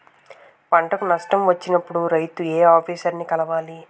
పంటకు నష్టం వచ్చినప్పుడు రైతు ఏ ఆఫీసర్ ని కలవాలి?